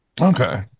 Okay